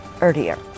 earlier